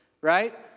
Right